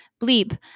bleep